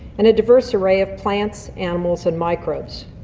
and a diverse array of plants, animals and microbes.